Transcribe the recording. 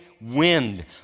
wind